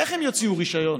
איך הם יוציאו רישיון